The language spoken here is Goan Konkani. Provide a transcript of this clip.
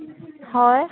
हय